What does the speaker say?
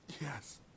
Yes